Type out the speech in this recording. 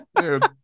Dude